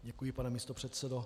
Děkuji, pane místopředsedo.